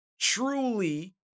truly